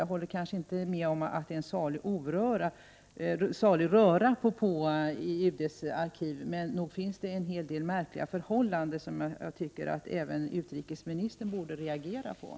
Jag håller kanske inte med om att det är en salig röra i UD:s arkiv, men nog finns det en hel del märkliga förhållanden som jag tycker att även utrikesministern borde reagera mot.